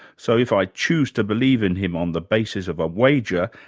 so if i choose to believe in him on the basis of a wager,